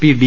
P D